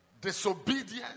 disobedience